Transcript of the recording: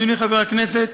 אדוני חבר הכנסת,